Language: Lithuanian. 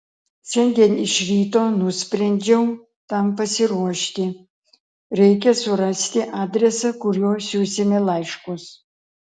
šiandien iš ryto nusprendžiau tam pasiruošti reikia surasti adresą kuriuo siųsime laiškus